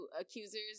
accusers